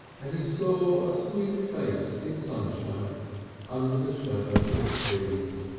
and he saw a sweet face in sunshine under the shadow of trees.